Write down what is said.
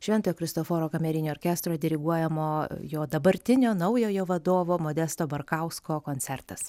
šventojo kristoforo kamerinio orkestro diriguojamo jo dabartinio naujojo vadovo modesto barkausko koncertas